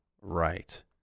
right